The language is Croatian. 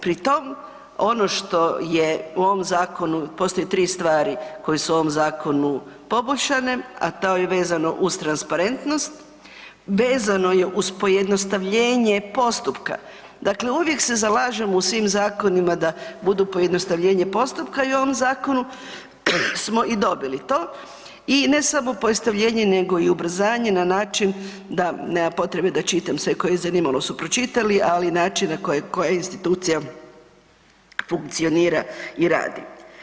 Pri tom ono što je u ovom zakonu, postoje 3 stvari koje su u ovom zakonu poboljšane, a to je vezano uz transparentnost, vezano je uz pojednostavljenje postupka, dakle uvijek se zalažemo u svim zakonima da budu pojednostavljenje postupka i u ovom zakonu smo i dobili to i ne samo pojednostavljenje nego i ubrzanje na način da, nema potrebe da čitam sve koje je zanimalo su pročitali, ali i način na koji institucija funkcionira i radi.